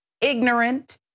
ignorant